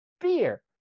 fear